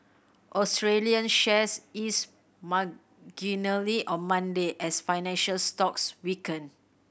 Australian shares eased marginally on Monday as financial stocks weakened